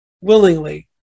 willingly